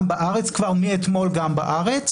גם בארץ